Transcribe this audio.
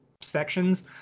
sections